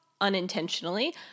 unintentionally